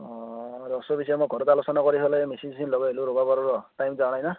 অঁ ৰহচোন পিছে মই ঘৰত আলোচনা কৰি পেলাই মেচিন চেচিন লগাই হ'লেও ৰুৱ পাৰোঁ ৰহ টাইম যোৱা নাই না